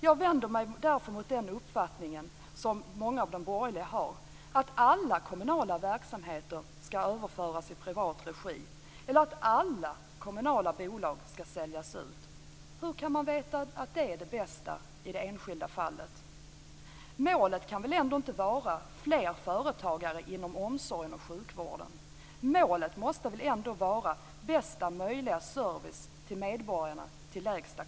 Jag vänder mig därför mot den uppfattning som många av de borgerliga har, att alla kommunala verksamheter skall överföras i privat regi eller att alla kommunala bolag skall säljas ut. Hur kan man veta att det i det enskilda fallet är det bästa? Målet kan väl ändå inte vara fler företagare inom omsorgen och sjukvården, utan målet måste väl vara bästa möjliga service till lägsta kostnad till medborgarna.